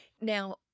now